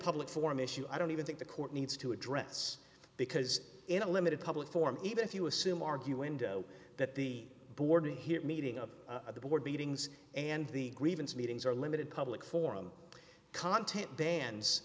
public forum issue i don't even think the court needs to address because in a limited public forum even if you assume argue window that the board here meeting up at the board meetings and the grievance meetings are limited public forum content bans